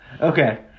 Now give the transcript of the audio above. Okay